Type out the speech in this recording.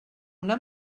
una